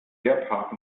gebhardt